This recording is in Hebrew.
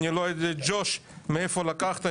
אני לא יודע מאיפה לקחת,